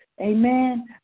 Amen